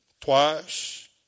twice